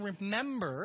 remember